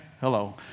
Hello